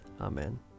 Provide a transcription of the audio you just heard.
Amen